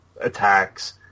attacks